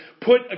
put